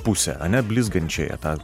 pusę ane blizgančiąją tą